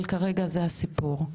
אבל כרגע זה הסיפור,